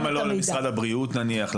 למה לא למשרד הבריאות, נניח?